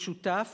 משותף,